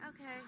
Okay